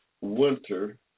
winter